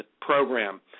program